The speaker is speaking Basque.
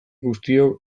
guztiok